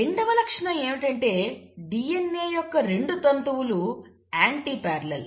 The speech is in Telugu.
రెండవ లక్షణం ఏమిటంటే DNA యొక్క రెండు తంతువులు యాంటీపారెల్లల్